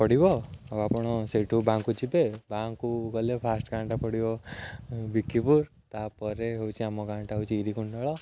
ପଡ଼ିବ ଆଉ ଆପଣ ସେଇଠୁ ବାମକୁ ଯିବେ ବାଁକୁ ଗଲେ ଫାର୍ଷ୍ଟ ଗାଁ'ଟା ପଡ଼ିବ ବିକିପୁୁର ତା'ପରେ ହେଉଛି ଆମ ଗାଁ'ଟା ହେଉଛି ଗିରିକୁଣ୍ଡଳ